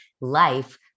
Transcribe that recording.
life